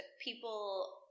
people